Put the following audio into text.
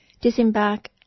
disembark